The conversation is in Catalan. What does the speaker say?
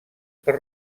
per